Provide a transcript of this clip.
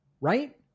right